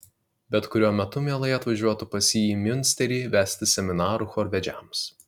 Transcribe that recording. bet kuriuo metu mielai atvažiuotų pas jį į miunsterį vesti seminarų chorvedžiams